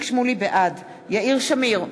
בעד יאיר שמיר,